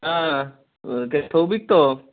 হ্যাঁ কে শৌভিক তো